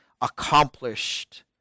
accomplished